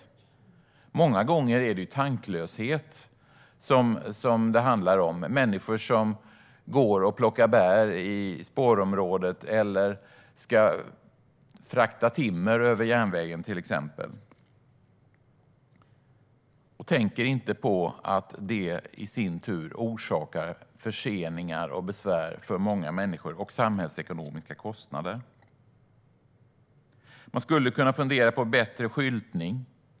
Många gånger är det tanklöshet som det handlar om, till exempel att människor går och plockar bär i spårområdet eller ska frakta timmer över järnvägen och inte tänker på att det orsakar förseningar och besvär för många människor samt samhällsekonomiska kostnader. Man skulle kunna fundera på bättre skyltning.